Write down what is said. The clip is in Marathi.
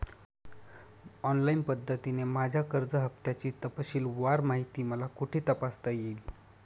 ऑनलाईन पद्धतीने माझ्या कर्ज हफ्त्याची तपशीलवार माहिती मला कुठे तपासता येईल?